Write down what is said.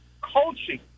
coaching